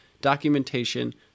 documentation